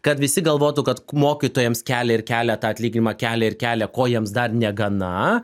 kad visi galvotų kad mokytojams kelia ir kelia tą atlyginimą kelia ir kelia ko jiems dar negana